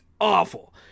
awful